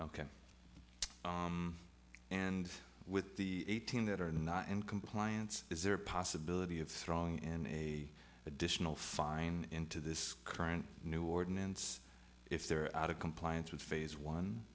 ok and with the eighteen that are not in compliance is there a possibility of strong in a additional fine into this current new ordinance if they're out of compliance with phase one